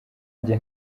njye